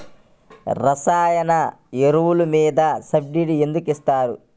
రసాయన ఎరువులు మీద సబ్సిడీ ఎందుకు ఇస్తారు?